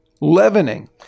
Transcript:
leavening